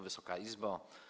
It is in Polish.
Wysoka Izbo!